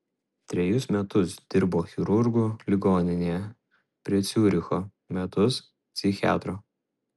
trejus metus dirbo chirurgu ligoninėje prie ciuricho metus psichiatru